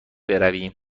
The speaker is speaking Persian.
برویم